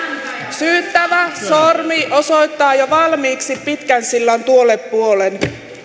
syyttävä sormi osoittaa jo valmiiksi pitkänsillan tuolle puolen